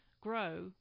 grow